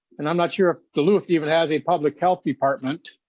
and i'm not your loose even as a public health department.